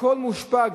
והכול מושפע,